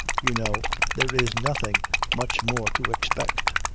you know, there is nothing much more to expect.